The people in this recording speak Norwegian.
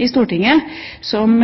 i Stortinget som